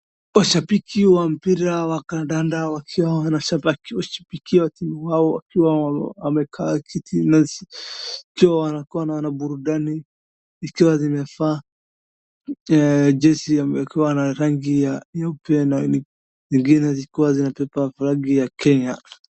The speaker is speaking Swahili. Mashabiki wa mpira ya kandanda wakiwa wanashabikia timu yao wakiwa wamekaa kitini na wakiwa wako na burudani ikiwa wamevaa jezi imekuwa na rangi ya nyeupe na ingine zikiwa zinabeba flag ya kenya.